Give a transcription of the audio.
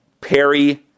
Perry